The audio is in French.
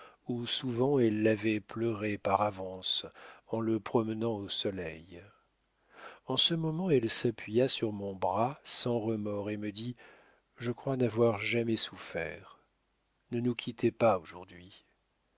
où souvent elle l'avait pleuré par avance en le promenant au soleil en ce moment elle s'appuya sur mon bras sans remords et me dit je crois n'avoir jamais souffert ne nous quittez pas aujourd'hui